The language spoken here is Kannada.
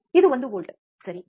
ಇದು ಒಂದು ವೋಲ್ಟ್ ಸರಿ